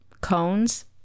cones